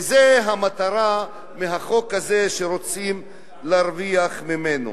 וזאת המטרה שרוצים להרוויח מהחוק הזה.